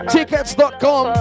Tickets.com